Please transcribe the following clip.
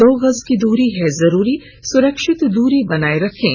दो गज की दूरी है जरूरी सुरक्षित दूरी बनाए रखें